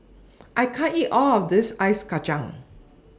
I can't eat All of This Ice Kacang